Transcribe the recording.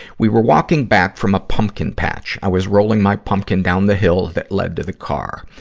we were walking back from a pumpkin patch. i was rolling my pumpkin down the hill that led to the car.